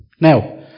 Now